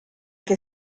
che